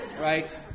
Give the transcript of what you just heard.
Right